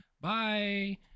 Bye